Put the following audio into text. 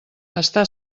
està